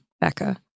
becca